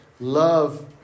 love